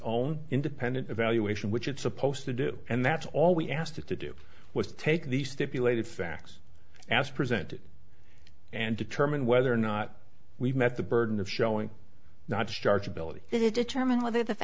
own independent evaluation which it's supposed to do and that's all we asked it to do was to take the stipulated facts as presented and determine whether or not we met the burden of showing not to start ability to determine whether th